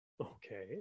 Okay